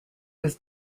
was